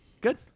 Good